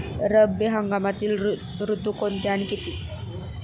रब्बी हंगामातील ऋतू कोणते आणि किती?